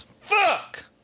fuck